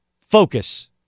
focus